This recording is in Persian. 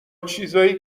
چیزایی